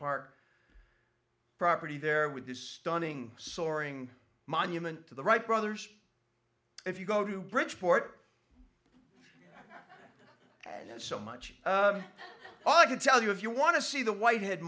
park property there with this stunning soaring monument to the wright brothers if you go to bridgeport and there's so much i can tell you if you want to see the white head